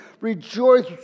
Rejoice